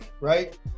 right